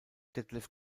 detlef